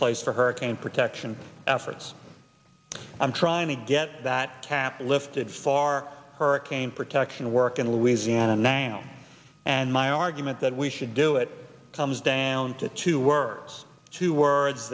place for hurricane protection efforts i'm trying to get that cap lifted far hurricane protection work in louisiana now and my argument that we should do it comes down to two words two words